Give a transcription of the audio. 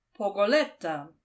pogoletta